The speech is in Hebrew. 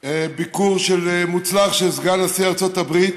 ביקור מוצלח של סגן נשיא ארצות הברית,